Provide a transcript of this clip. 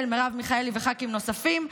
של מרב מיכאלי וח"כים נוספים,